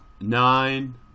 Nine